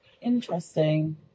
Interesting